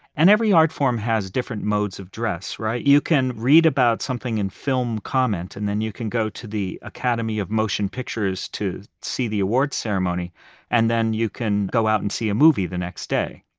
and every art form has different modes of dress, right? you can read about something in film comment, and then you can go to the academy of motion pictures to see the award ceremony and then, you can go out and see a movie the next day.